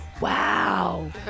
Wow